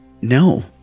no